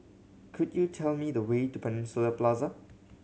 could you tell me the way to Peninsula Plaza